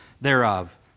thereof